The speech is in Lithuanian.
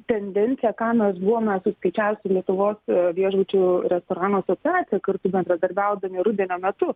tendencija ką mes buvome suskaičiavus lietuvos viešbučių restoranų asociacija kartu bendradarbiaudami rudenio metu